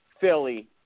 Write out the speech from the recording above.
Philly